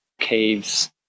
caves